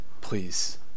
Please